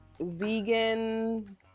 vegan